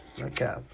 okay